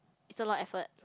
it's a lot effort